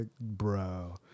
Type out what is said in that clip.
bro